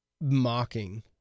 mocking